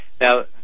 Now